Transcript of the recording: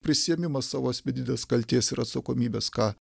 prisiėmimas savo asmeninės kaltės ir atsakomybės ką